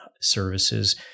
services